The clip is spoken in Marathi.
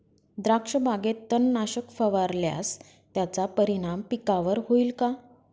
द्राक्षबागेत तणनाशक फवारल्यास त्याचा परिणाम पिकावर होईल का?